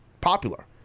popular